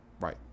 right